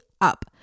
up